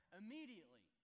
immediately